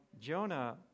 Jonah